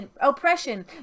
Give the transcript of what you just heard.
oppression